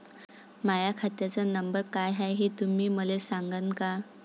माह्या खात्याचा नंबर काय हाय हे तुम्ही मले सागांन का?